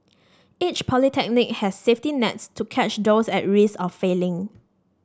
each polytechnic has safety nets to catch those at risk of failing